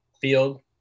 field